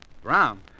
Brown